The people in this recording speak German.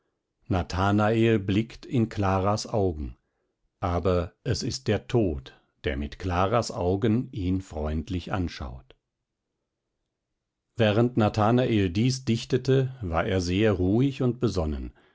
nathanael blickt in claras augen aber es ist der tod der mit claras augen ihn freundlich anschaut während nathanael dies dichtete war er sehr ruhig und besonnen